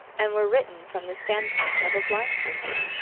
and were written from the standpoint of a blind person,